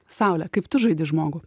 saulė kaip tu žaidi žmogų